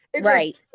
Right